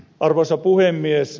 arvoisa puhemies